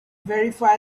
verify